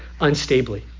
unstably